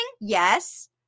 Yes